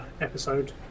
episode